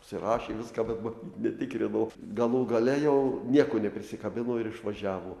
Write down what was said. užsirašė viską bet matyt netikrino galų gale jau nieko neprisikabino ir išvažiavo